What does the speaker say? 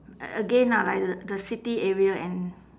a~ again lah like the the city area and